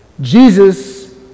Jesus